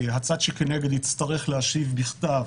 הצד שכנגד יצטרך להשיב בכתב